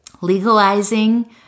legalizing